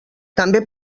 també